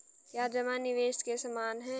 क्या जमा निवेश के समान है?